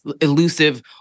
elusive